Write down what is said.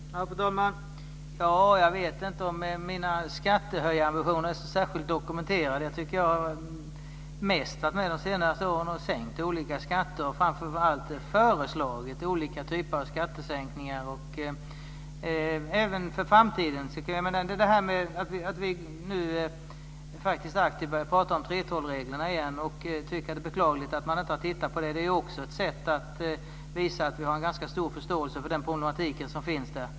Fru talman! Jag vet inte om mina skattehöjarambitioner är så särskilt dokumenterade. De senaste åren har jag mest varit med om att sänka olika skatter, framför allt har jag föreslagit olika typer av skattesänkningar. Det gäller även för framtiden. Det är beklagligt att man inte har tittat på 3:12-reglerna. Det är också ett sätt att visa att vi har förståelse för de problem som finns där.